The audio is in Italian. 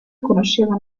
conosceva